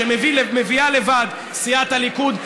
שמביאה לבד סיעת הליכוד.